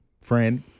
friend